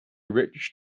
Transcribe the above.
rich